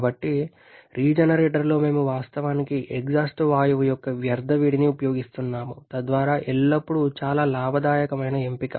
కాబట్టి రీజెనరేటర్లో మేము వాస్తవానికి ఎగ్జాస్ట్ వాయువు యొక్క వ్యర్థ వేడిని ఉపయోగిస్తున్నాము తద్వారా ఎల్లప్పుడూ చాలా లాభదాయకమైన ఎంపిక